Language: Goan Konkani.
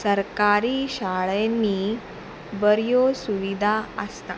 सरकारी शाळेंनी बऱ्यो सुविधा आसता